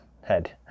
head